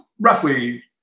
roughly